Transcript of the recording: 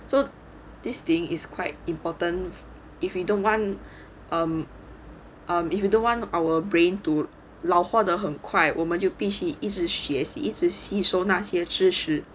so this thing is quite important if you don't want um um if you don't want our brain to 老化的很快我们就必须一直学习一直吸收那些知识